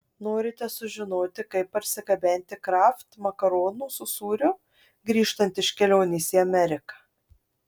norite sužinoti kaip parsigabenti kraft makaronų su sūriu grįžtant iš kelionės į ameriką